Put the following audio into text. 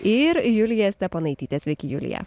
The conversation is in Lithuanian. ir julija steponaitytė sveiki julija